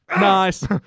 Nice